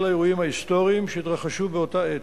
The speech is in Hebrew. לאירועים ההיסטוריים שהתרחשו באותה עת.